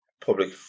public